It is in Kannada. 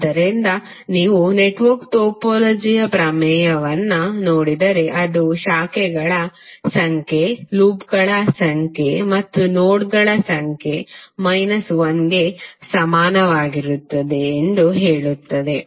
ಆದ್ದರಿಂದ ನೀವು ನೆಟ್ವರ್ಕ್ ಟೋಪೋಲಜಿಯ ಪ್ರಮೇಯವನ್ನು ನೋಡಿದರೆ ಅದು ಶಾಖೆಗಳ ಸಂಖ್ಯೆ ಲೂಪ್ಗಳ ಸಂಖ್ಯೆ ಮತ್ತು ನೋಡ್ಗಳ ಸಂಖ್ಯೆ ಮೈನಸ್ 1 ಗೆ ಸಮಾನವಾಗಿರುತ್ತದೆ ಎಂದು ಹೇಳುತ್ತದೆ